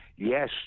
Yes